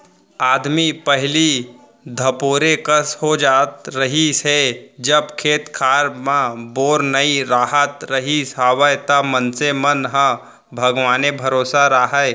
आदमी पहिली धपोरे कस हो जात रहिस हे जब खेत खार म बोर नइ राहत रिहिस हवय त मनसे मन ह भगवाने भरोसा राहय